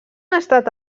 estat